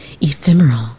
ephemeral